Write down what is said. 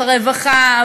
הרווחה,